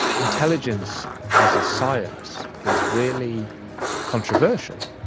intelligence as a science is really controversial,